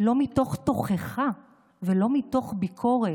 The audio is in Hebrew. לא מתוך תוכחה ולא מתוך ביקורת,